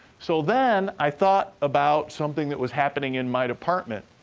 so, then i thought about something that was happening in my department.